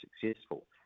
successful